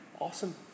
Awesome